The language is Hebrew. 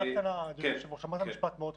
אמרת משפט מאוד חשוב.